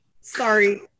Sorry